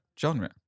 genre